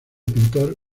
pintor